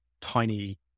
tiny